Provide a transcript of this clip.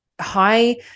high